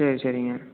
சரி சரிங்க